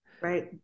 Right